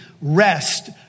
rest